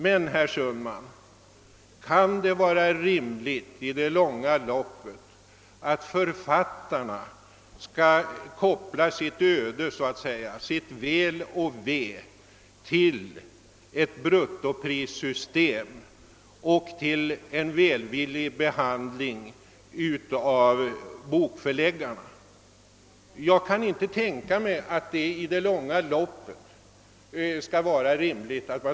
Men, herr Sundman, kan det i längden vara rimligt att författarna sammankopplar sitt öde, sitt väl och ve, med ett bruttoprissystem och en välvillig behandling av bokförläggarna? För min del kan jag inte tänka mig att detta i längden visar sig rimligt.